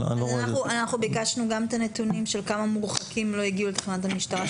אנחנו ביקשנו גם את הנתונים של כמה מורחקים לא הגיעו לתחנת המשטרה,